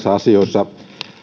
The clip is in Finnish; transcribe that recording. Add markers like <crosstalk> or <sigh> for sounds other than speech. <unintelligible> asioissa